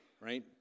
right